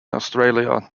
australia